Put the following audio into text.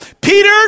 Peter